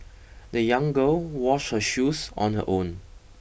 the young girl washed her shoes on her own